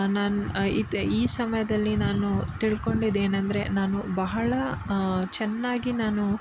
ನಾನು ಇದು ಈ ಸಮಯದಲ್ಲಿ ನಾನು ತಿಳ್ಕೊಂಡಿದ್ದು ಏನಂದರೆ ನಾನು ಬಹಳ ಚೆನ್ನಾಗಿ ನಾನು